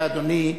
אולי אדוני,